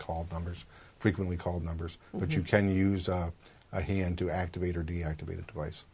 called numbers frequently called numbers but you can use a hand to activate or deactivated voice